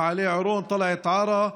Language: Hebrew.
מעלה עירון, טלעת עארה,